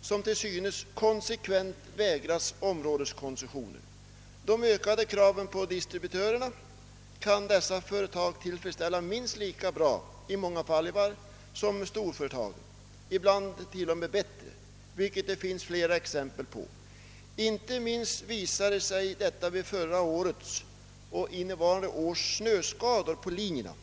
som till synes konsekvent vägras områdeskoncessioner. De ökade kraven på distributörerna kan dessa företag tillfredsställa minst lika bra som storföretagen, många gånger i varje fall, ibland till och med bättre, vilket det finns flera exempel på. Inte minst visade sig detta vid fjolårets och innevarande års snöskador på linjerna.